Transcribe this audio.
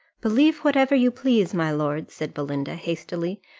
believe whatever you please, my lord, said belinda, hastily,